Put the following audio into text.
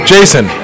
Jason